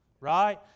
Right